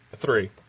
three